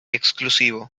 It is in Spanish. exclusivo